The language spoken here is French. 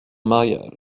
mariage